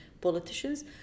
politicians